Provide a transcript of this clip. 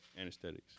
anesthetics